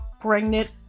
pregnant